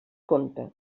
conte